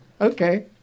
Okay